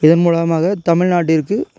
இதன் மூலமாக தமிழ்நாட்டிற்கு